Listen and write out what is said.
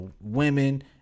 women